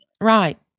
Right